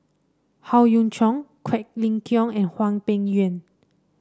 Howe Yoon Chong Quek Ling Kiong and Hwang Peng Yuan